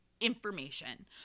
information